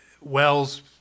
Wells